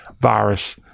virus